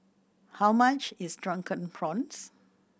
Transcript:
how much is Drunken Prawns